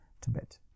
Tibet